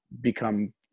become